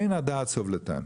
אין הדעת סובלתן.